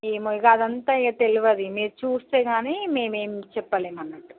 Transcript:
ఏమో ఇగ అదంతా ఏ తెలియదు మీరు చూస్తే గానీ మేమేం చెప్పలేం అన్నట్టు